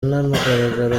anagaragara